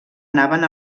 anaven